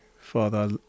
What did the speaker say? Father